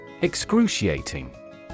Excruciating